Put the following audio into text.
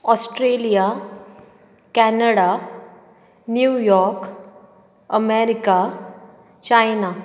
Australia Canada New York America China